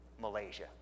Malaysia